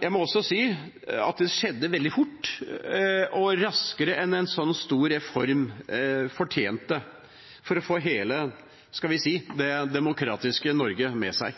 Jeg må også si at det skjedde veldig fort – og raskere enn en så stor reform fortjente for å få hele, skal vi si, det demokratiske Norge med seg.